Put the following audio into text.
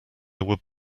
would